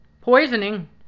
Poisoning